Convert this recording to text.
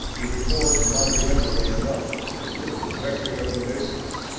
he records monumentally enough the dressing of the lists,